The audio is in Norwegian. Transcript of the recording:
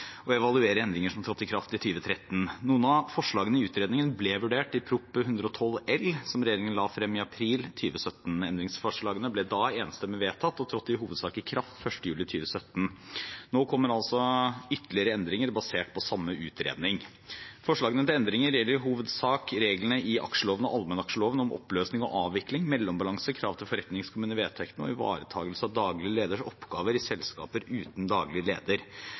å utrede mulige forenklinger i aksjelovgivningen og evaluere endringer som trådte i kraft i 2013. Noen av forslagene i utredningen ble vurdert i Prop. 112 L, som regjeringen la fram i april 2017. Endringsforslagene ble enstemmig vedtatt og trådte i hovedsak i kraft 1. juli 2017. Nå kommer altså ytterligere endringer basert på samme utredning. Forslagene til endringer gjelder i hovedsak reglene i aksjeloven og allmennaksjeloven om oppløsning og avvikling, mellombalanser, krav til forretningskommune i vedtektene og ivaretakelse av daglig leders oppgaver i selskaper uten daglig leder.